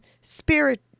spirit